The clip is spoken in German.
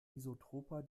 anisotroper